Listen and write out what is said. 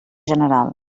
general